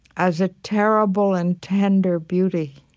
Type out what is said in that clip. as a terrible and tender beauty